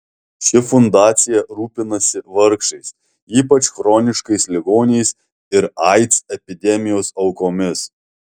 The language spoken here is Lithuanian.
ši fundacija rūpinasi vargšais ypač chroniškais ligoniais ir aids epidemijos aukomis